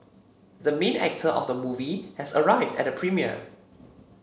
the main actor of the movie has arrived at the premiere